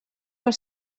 per